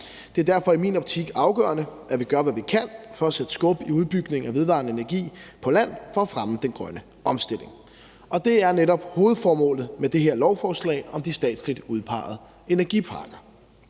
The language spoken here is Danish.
Det er derfor i min optik afgørende, at vi gør, hvad vi kan for at sætte skub i udbygningen af vedvarende energi på land for at fremme den grønne omstilling. Det er netop hovedformålet med det her lovforslag om de statsligt udpegede energiparker.